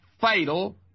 fatal